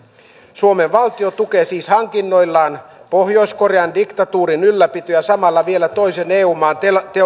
suomen valtio tukee siis hankinnoillaan pohjois korean diktatuurin ylläpitoa ja samalla vielä toisen eu maan